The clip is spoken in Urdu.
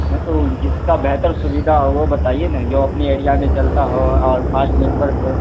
ہاں تو جس کا بہتر سویدھا ہو وہ بتائیے نا جو اپنے ایریا میں چلتا ہو اور فاسٹ نیٹ ورک ہو